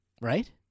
right